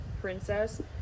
princess